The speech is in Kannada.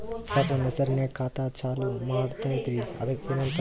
ಸರ, ನನ್ನ ಹೆಸರ್ನಾಗ ಖಾತಾ ಚಾಲು ಮಾಡದೈತ್ರೀ ಅದಕ ಏನನ ತರಬೇಕ?